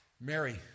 Mary